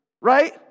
right